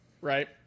right